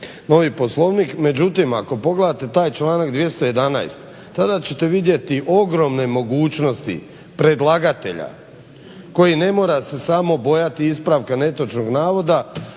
novi Poslovnik. Međutim ako pogledate taj članak 211. tada ćete vidjeti ogromne mogućnosti predlagatelja koji ne mora se samo bojati ispravka netočnog navoda